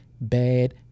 bad